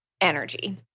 energy